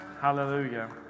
Hallelujah